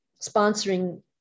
sponsoring